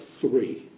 three